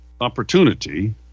opportunity